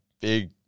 big